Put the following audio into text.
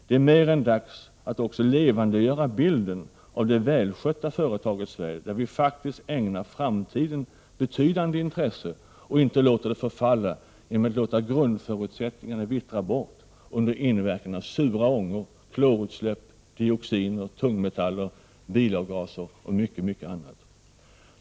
Det är mer än dags att också levandegöra bilden av det välskötta företaget Sverige, där vi faktiskt ägnar framtiden betydande intresse och inte låter det förfalla genom att låta grundförutsättningarna vittra bort under inverkan av sura ångor, klorutsläpp, dioxiner och tungmetaller, bilavgaser och mycket annat.